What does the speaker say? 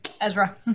Ezra